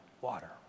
water